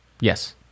Yes